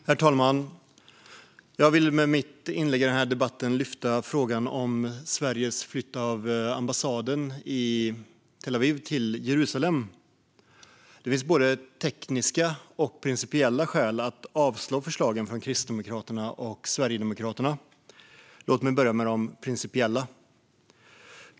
Herr talman! Jag vill med mitt inlägg i denna debatt lyfta upp frågan om en flytt av Sveriges ambassad i Tel Aviv till Jerusalem. Det finns både tekniska och principiella skäl att avslå förslagen från Kristdemokraterna och Sverigedemokraterna. Låt mig börja med de principiella.